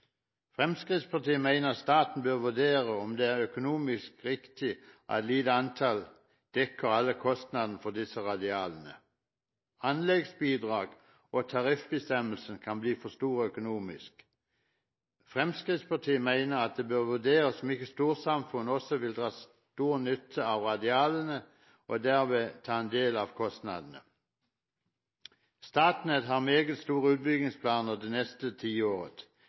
Fremskrittspartiet mener staten bør vurdere om det er økonomisk riktig at et lite antall dekker alle kostnadene for disse radialene. Anleggsbidrag og tariffbestemmelsene kan bli for store økonomisk. Fremskrittspartiet mener at det bør vurderes om ikke storsamfunnet også vil dra stor nytte av radialene og derved ta en del av kostnadene. Statnett har meget store utbyggingsplaner det neste